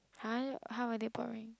!huh! how are they pouring